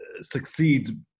succeed